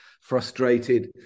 frustrated